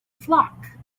flock